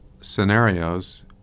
scenarios